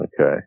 Okay